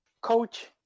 coach